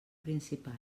principal